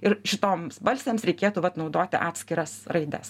ir šitoms balsėms reikėtų vat naudoti atskiras raides